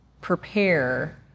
prepare